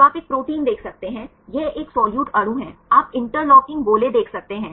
तो आप एक प्रोटीन देख सकते हैं यह एक सोलीयूट अणु है आप इंटरलॉकिंग गोले देख सकते हैं